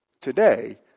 today